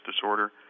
disorder